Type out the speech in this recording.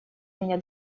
меня